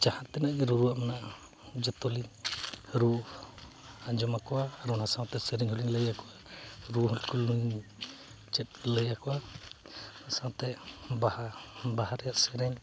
ᱡᱟᱦᱟᱸ ᱛᱤᱱᱟᱹᱜ ᱜᱮ ᱨᱩᱣᱟᱹᱜ ᱢᱮᱱᱟᱜᱼᱟ ᱡᱚᱛᱚ ᱞᱤᱧ ᱨᱩ ᱟᱸᱡᱚᱢ ᱠᱚᱣᱟ ᱟᱫᱚ ᱚᱱᱟ ᱥᱟᱶᱛᱮ ᱥᱮᱨᱮᱧ ᱦᱚᱸᱤᱧ ᱞᱟᱹᱭ ᱠᱚᱣᱟ ᱨᱩ ᱠᱚᱦᱚᱸ ᱞᱤᱧ ᱪᱮᱫ ᱞᱟᱹᱭ ᱠᱚᱣᱟ ᱥᱟᱶᱛᱮ ᱵᱟᱦᱟ ᱵᱟᱦᱟ ᱨᱮᱭᱟᱜ ᱥᱮᱨᱮᱧ